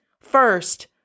First